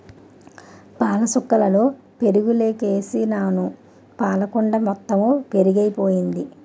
పాలసుక్కలలో పెరుగుసుకేసినాను పాలకుండ మొత్తెము పెరుగైపోయింది